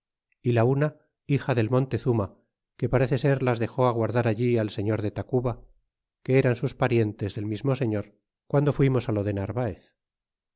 é la una hija del montezuma que parece ser las dexó á guardar allí al señor de tacuba que eran sus parientes del mismo señor guando fuimos lo de narvaez